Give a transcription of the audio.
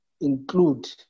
include